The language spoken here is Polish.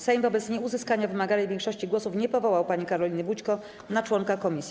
Sejm wobec nieuzyskania wymaganej większości głosów nie powołał pani Karoliny Bućko na członka komisji.